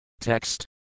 Text